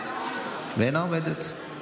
בעינה עומדת.